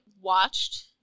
watched